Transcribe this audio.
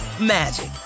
magic